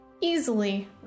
Easily